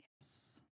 Yes